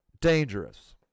dangerous